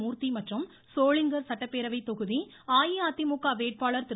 மூர்த்தி மற்றும் சோளிங்கர் சட்டப்பேரவைத் தொகுதி அஇஅதிமுக வேட்பாளர் திரு